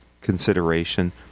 consideration